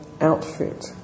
outfit